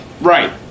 Right